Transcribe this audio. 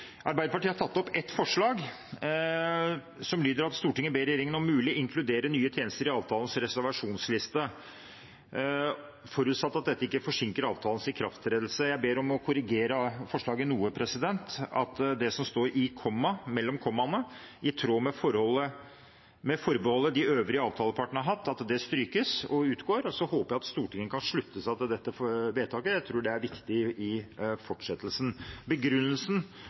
Arbeiderpartiet tar opp ett forslag, som lyder: «Stortinget ber regjeringen om mulig inkludere 'nye tjenester' i avtalens reservasjonsliste, forutsatt at dette ikke forsinker avtalens ikrafttredelse.» Jeg ber om å få korrigere forslaget noe, slik at det som sto mellom kommaene, «i tråd med forbeholdet de øvrige avtalepartene har hatt», strykes og utgår, og så håper jeg at Stortinget kan slutte seg til dette forslaget. Jeg tror det er viktig i fortsettelsen. Begrunnelsen